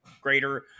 greater